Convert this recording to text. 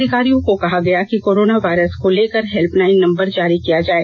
अधिकारियों को कहा गया कि कोरोना वायरस को लेकर हेल्पलाइन नंबर जारी किया जाए